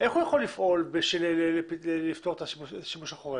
איך הוא יכול לפעול כדי לפתור את השימוש החורג?